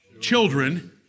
children